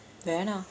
வேணா:venaa